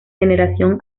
veneración